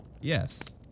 Yes